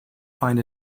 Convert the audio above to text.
find